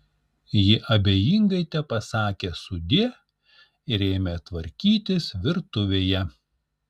ji abejingai tepasakė sudie ir ėmė tvarkytis virtuvėje